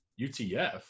UTF